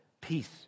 peace